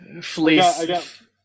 fleece